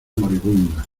moribunda